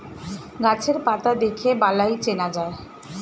গাছের পাতা দেখে বালাই চেনা যায়